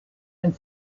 and